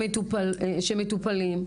שמטופלים,